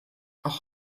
auch